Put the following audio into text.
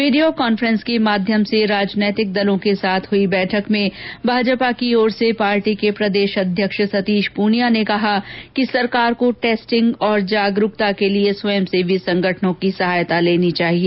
video conference के माध्यम से राजनीतिक दलों के साथ हई बैठक में भाजपा की ओर से पार्टी के प्रदेश अध्यक्ष सतीश पूनिया ने कहा कि सरकार को टेस्टिंग और जागरूकता के लिए स्वयंसेवी संगठनों की सहायता लेनी चाहिए